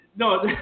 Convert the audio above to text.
No